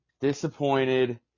disappointed